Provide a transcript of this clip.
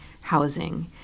housing